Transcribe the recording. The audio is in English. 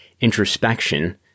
introspection